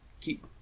keep